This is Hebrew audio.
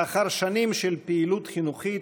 לאחר שנים של פעילות חינוכית,